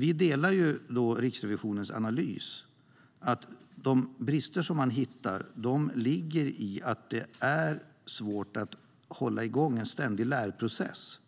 Vi delar Riksrevisionens analys att de brister som man hittar ligger i att det är svårt att hålla igång en ständig lärprocess